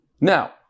Now